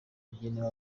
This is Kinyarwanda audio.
bigenewe